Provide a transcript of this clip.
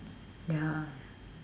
ya